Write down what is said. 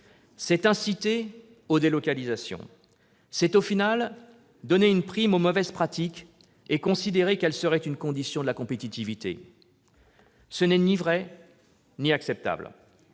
c'est inciter aux délocalisations. C'est finalement donner une prime aux mauvaises pratiques et considérer qu'elles seraient une condition de la compétitivité, ce qui n'est ni vrai ni acceptable.